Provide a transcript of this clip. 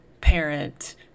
parent